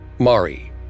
Mari